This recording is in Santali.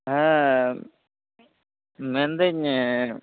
ᱦᱮᱸ ᱢᱮᱱ ᱫᱤᱧ